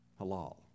halal